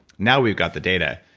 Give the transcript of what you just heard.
now we got the data.